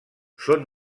són